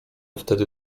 wtedy